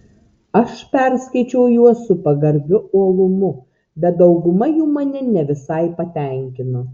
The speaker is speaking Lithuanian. aš perskaičiau juos su pagarbiu uolumu bet dauguma jų mane ne visai patenkino